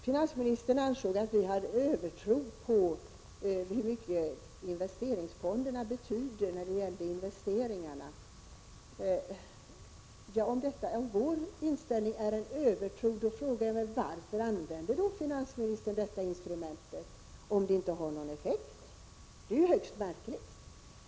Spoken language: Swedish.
Finansministern ansåg att vi hade en övertro på investeringsfondernas betydelse när det gällde investeringarna. Då frågar jag mig: Varför använder finansministern detta instrument om det inte har någon effekt? Det är ju högst märkligt.